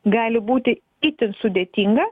gali būti itin sudėtinga